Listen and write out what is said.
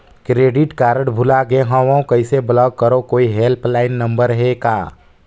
Credit card भुला गे हववं कइसे ब्लाक करव? कोई हेल्पलाइन नंबर हे का?